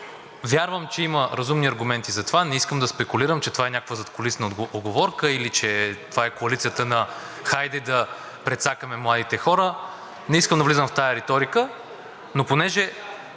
вярвам, че има разумни аргументи за това, не искам да спекулирам, че това е някаква задкулисна уговорка или че това е коалицията на „Хайде да прецакаме младите хора“, не искам да влизам в тази риторика, но понеже